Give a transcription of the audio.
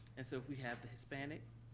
and so if we have the hispanic,